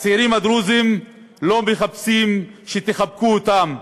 הצעירים הדרוזים לא מחפשים שתחבקו אותם,